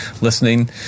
listening